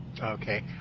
Okay